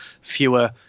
fewer